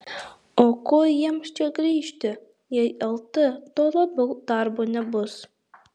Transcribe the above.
o ko jiems čia grįžti jei lt tuo labiau darbo nebus